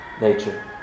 nature